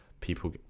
people